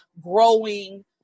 growing